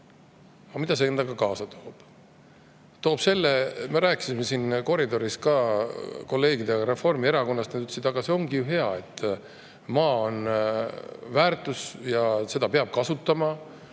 Aga mida see endaga kaasa toob? Toob selle. Me rääkisime siin koridoris ka kolleegidega Reformierakonnast. Nad ütlesid, et aga see ongi hea, et maa on väärtus ja seda peab kasutama.